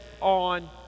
on